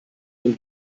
den